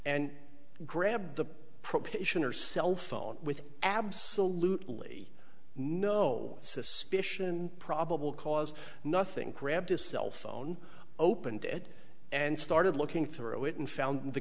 and grabbed the probation or cell phone with absolutely no suspicion probable cause nothing grabbed his cell phone opened it and started looking through it and found the